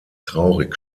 traurig